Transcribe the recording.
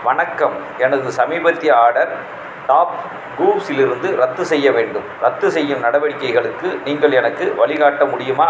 வணக்கம் எனது சமீபத்திய ஆர்டர் டாப் கூவ்ஸிலிருந்து ரத்து செய்ய வேண்டும் ரத்துசெய்யும் நடவடிக்கைகளுக்கு நீங்கள் எனக்கு வழிகாட்ட முடியுமா